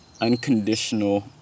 unconditional